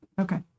Okay